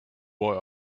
boy